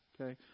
Okay